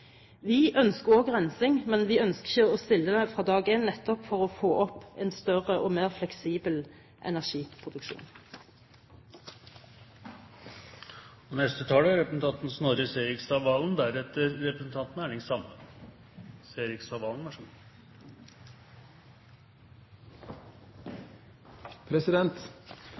Vi ønsker også rensing, men vi ønsker ikke å stille krav om det fra dag én nettopp for å få opp en større og mer fleksibel energiproduksjon. Innlegget fra representanten